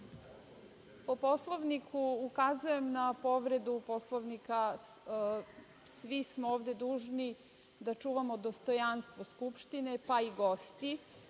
Po Poslovniku, ukazujem na povredu Poslovnika, svi smo ovde dužni da čuvamo dostojanstvo Skupštine, pa i gosti.